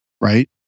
right